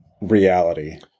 reality